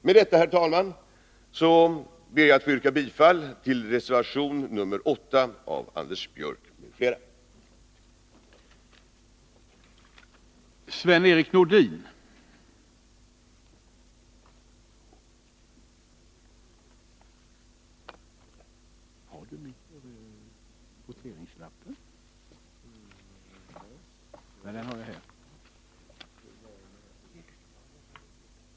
Med detta, herr talman, ber jag att få yrka bifall till reservation 8 av Anders Björck m.fl.